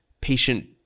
patient